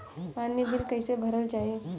पानी बिल कइसे भरल जाई?